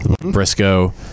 Briscoe